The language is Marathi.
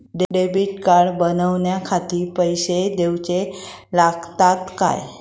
डेबिट कार्ड बनवण्याखाती पैसे दिऊचे लागतात काय?